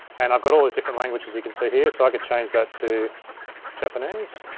and i've got all those different languages you can see here, so i could change that to japanese.